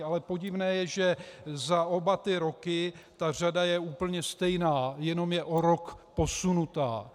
Ale podivné je, že za oba ty roky ta řada je úplně stejná, jenom je o rok posunutá.